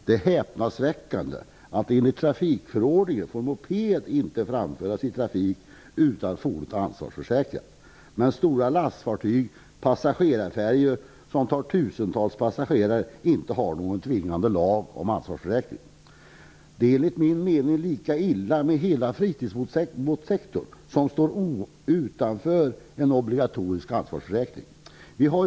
Det är häpnadsväckande att moped enligt trafikförordningen inte får framföras i trafik utan att fordonet har ansvarsförsäkring. Men för stora lastfartyg och passagerarfärjor som tar tusentals passagerare finns det inte någon tvingande lag om en ansvarsförsäkring. Enligt min mening är det lika illa med hela fritidsbåtssektorn, som står utanför en obligatorisk ansvarsförsäkring.